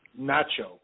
Nacho